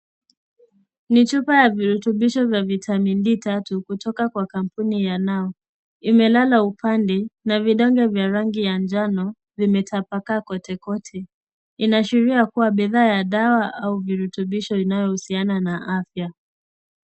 Ni chupa ya virutubisho vya vitamin D3 kutoka kwenye kampuni ya Now. Imelala upande na vidonge vya rangi ya njano vimetapakaa kotekote. Inaashiria kuwa bidhaa ya dawa au virutubisho inayohusiana na afya.